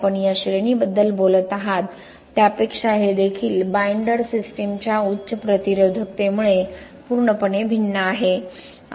आपण ज्या श्रेणीबद्दल बोलत आहात त्यापेक्षा हे देखील बाईंडर सिस्टमच्या उच्च प्रतिरोधकतेमुळे पूर्णपणे भिन्न आहे